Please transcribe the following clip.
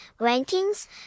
rankings